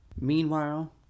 Meanwhile